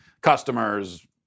customers